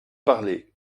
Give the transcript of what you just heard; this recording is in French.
parler